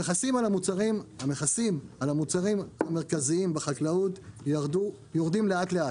המכסים על המוצרים המרכזיים בחקלאות יורדים לאט-לאט,